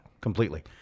completely